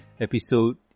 episode